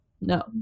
no